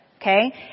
Okay